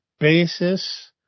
Basis